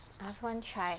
I also want try